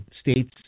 states